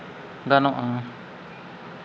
ᱜᱟᱱᱚᱜᱼᱟ